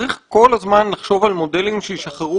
צריך כל הזמן לחשוב על מודלים שישחררו